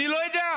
אני לא יודע,